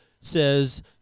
says